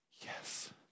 Yes